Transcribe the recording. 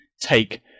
take